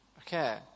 Okay